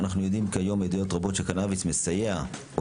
אנחנו יודעים כיום מעדויות רבות שקנביס מסייע או